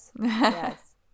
yes